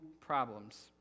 problems